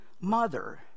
mother